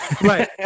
Right